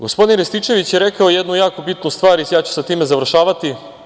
Gospodin Rističević je rekao jednu jako bitnu stvar i ja ću sa time završavati.